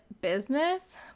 business